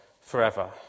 forever